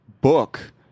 book